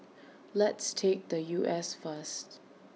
let's take the U S first